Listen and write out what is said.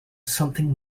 something